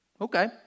Okay